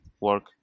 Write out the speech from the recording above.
work